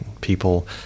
people